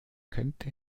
könnte